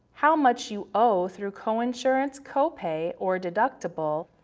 how much you owe through coinsurance, copay or deductible,